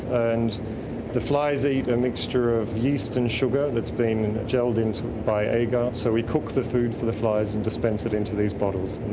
and the flies eat a mixture of yeast and sugar that's been gelled by agar. so we cook the food for the flies and dispense it into these bottles